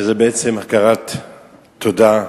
ובעצם זו הכרת תודה.